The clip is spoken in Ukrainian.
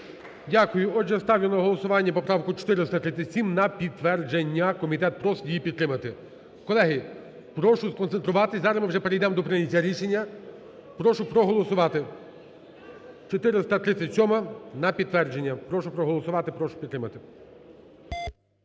Дякую. Отже, ставлю на голосування поправку 437 на підтвердження. Комітет просить її підтримати. Колеги, прошу сконцентруватись, зараз ми вже перейдемо до прийняття рішення. Прошу проголосувати, 437-а на підтвердження. Прошу проголосувати, прошу підтримати.